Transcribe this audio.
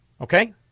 okay